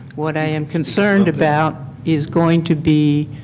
what i am concerned about is going to be